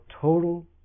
total